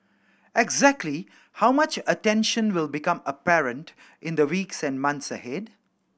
exactly how much attention will become apparent in the weeks and months ahead